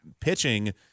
pitching